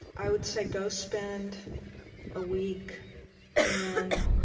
i would say go spend a week in